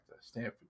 Stanford